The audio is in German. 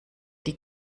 die